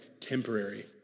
temporary